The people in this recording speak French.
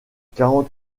quarante